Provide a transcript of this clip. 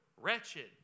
wretched